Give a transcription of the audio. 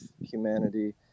humanity